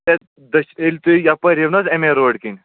ییٚلہِ دٔچھِن ییٚلہِ تُہۍ یپٲرۍ یِیِو نہَ حظ اٮ۪م اےٚ روڈ کِنۍ